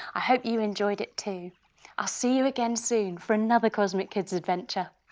i hope you enjoyed it too. i'll see you again soon for another cosmic kids adventure.